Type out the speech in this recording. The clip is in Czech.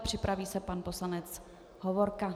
Připraví se pan poslanec Hovorka.